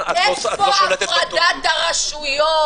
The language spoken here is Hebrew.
איפה הפרדת הרשויות?